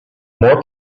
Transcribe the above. more